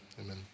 amen